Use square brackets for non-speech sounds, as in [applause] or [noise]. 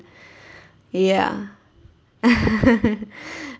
[breath] ya [laughs]